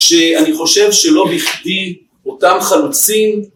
‫שאני חושב שלא בכדי אותם חלוצים